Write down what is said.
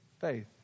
faith